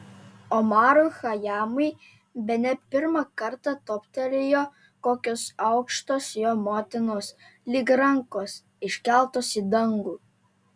omarui chajamui bene pirmą kartą toptelėjo kokios aukštos jo motinos lyg rankos iškeltos į dangų